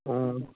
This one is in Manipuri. ꯑꯣ